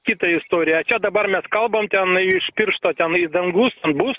kita istorija čia dabar mes kalbam tenai iš piršto ten į dangus bus